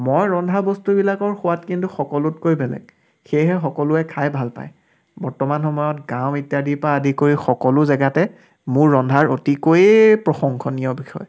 মই ৰন্ধা বস্তুবিলাকৰ সোৱাদ কিন্তু সকলোতকৈ বেলেগ সেয়েহে সকলোৱে খাই ভাল পায় বৰ্তমান সময়ত গাঁও ইত্যাদিৰ পৰা আদি কৰি সকলো জেগাতে মোৰ ৰন্ধাৰ অতিকৈয়ে প্ৰশংসনীয় বিষয়